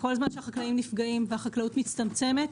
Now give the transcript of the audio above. כל זמן שהחקלאים נפגעים והחקלאות מצטמצמת,